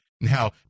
Now